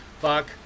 fuck